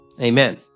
Amen